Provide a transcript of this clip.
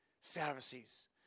services